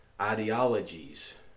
ideologies